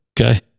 Okay